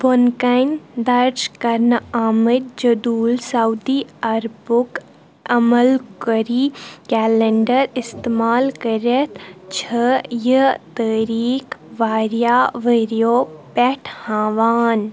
بۄنہٕ کَنہِ درٕج کرنہٕ آمٕتۍ جدول سعودی عربُک ام القری کیلنڈر استعمال کٔرِتھ چھِ یہِ تٲریٖخ واریاہ ؤرۍ یو پٮ۪ٹھ ہاوان